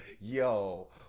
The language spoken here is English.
yo